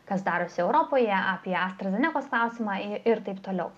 kas darosi europoje apie astra zenekos klausimą ir taip toliau